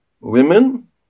women